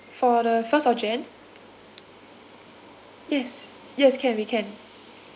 for the first of jan yes yes can we can